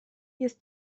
jest